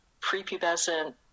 prepubescent